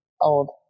Old